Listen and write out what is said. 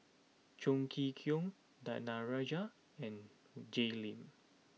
Chong Kee Hiong Danaraj and Jay Lim